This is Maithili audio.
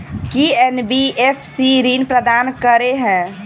की एन.बी.एफ.सी ऋण प्रदान करे है?